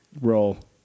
Roll